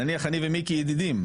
נניח אני ומיקי ידידים,